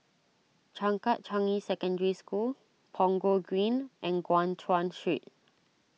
Changkat Changi Secondary School Punggol Green and Guan Chuan Street